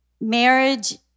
marriage